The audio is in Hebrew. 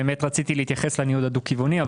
רציתי להתייחס לניוד הדו כיווני,